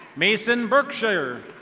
mason berkshire.